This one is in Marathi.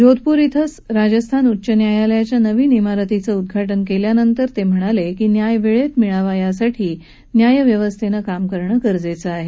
जोधपूर इथं राजस्थान उच्च न्यायालयाच्या नविन इमारतीचं उद्घाटन केल्यावर ते म्हणाले की न्याय वेळेत मिळावा यासाठी न्यायव्यवस्थेनं काम करणं गरजेचं आहे